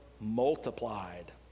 multiplied